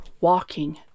walking